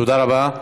תודה רבה.